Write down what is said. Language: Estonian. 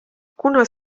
kuna